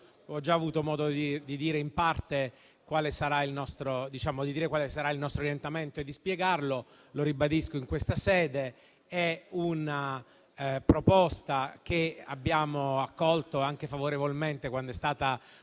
Ho già avuto modo di dire in parte quale sarà il nostro orientamento e di spiegarlo, e lo ribadisco in questa sede. È una proposta che abbiamo accolto anche favorevolmente quando è stata